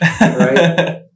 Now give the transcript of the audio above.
Right